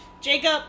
Jacob